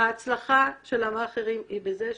ההצלחה של המאכערים היא בזה שלדעתי,